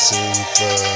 Super